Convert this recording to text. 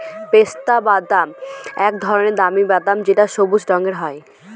পেস্তা বাদাম এক ধরনের দামি বাদাম যেটা সবুজ রঙের হয়